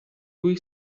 lui